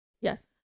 Yes